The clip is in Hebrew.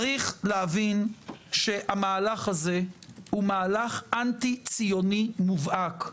צריך להבין שהמהלך הזה הוא מהלך אנטי ציוני מובהק.